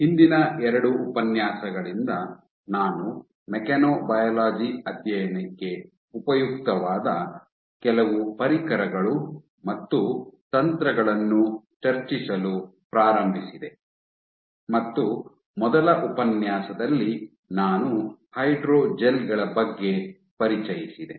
ಹಿಂದಿನ ಎರಡು ಉಪನ್ಯಾಸಗಳಿಂದ ನಾನು ಮೆಕ್ಯಾನೊಬಯಾಲಜಿ ಅಧ್ಯಯನಕ್ಕೆ ಉಪಯುಕ್ತವಾದ ಕೆಲವು ಪರಿಕರಗಳು ಮತ್ತು ತಂತ್ರಗಳನ್ನು ಚರ್ಚಿಸಲು ಪ್ರಾರಂಭಿಸಿದೆ ಮತ್ತು ಮೊದಲ ಉಪನ್ಯಾಸದಲ್ಲಿ ನಾನು ಹೈಡ್ರೋಜೆಲ್ ಗಳ ಬಗ್ಗೆ ಪರಿಚಯಿಸಿದೆ